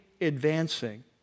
advancing